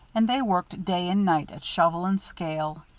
and they worked day and night at shovel and scale.